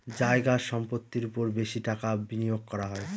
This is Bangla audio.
জায়গা সম্পত্তির ওপর বেশি টাকা বিনিয়োগ করা হয়